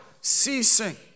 ceasing